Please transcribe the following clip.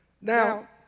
Now